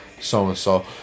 so-and-so